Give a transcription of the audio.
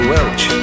Welch